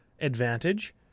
advantage